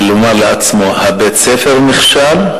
ולומר לעצמנו שבית-הספר נכשל,